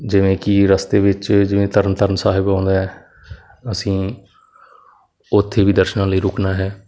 ਜਿਵੇਂ ਕਿ ਰਸਤੇ ਵਿੱਚ ਜਿਵੇਂ ਤਰਨ ਤਰਨ ਸਾਹਿਬ ਆਉਂਦਾ ਹੈ ਅਸੀਂ ਉਥੇ ਵੀ ਦਰਸ਼ਨਾਂ ਲਈ ਰੁਕਣਾ ਹੈ